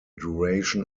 duration